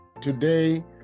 today